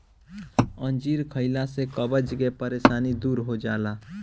अंजीर खइला से कब्ज के परेशानी दूर हो जाला